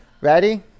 Ready